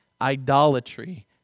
idolatry